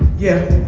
yeah